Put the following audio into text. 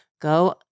Go